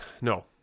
no